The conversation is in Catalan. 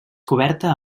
coberta